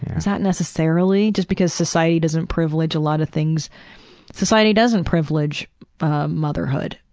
is that necessarily? just because society doesn't privilege a lot of things society doesn't privilege motherhood.